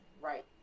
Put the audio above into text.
right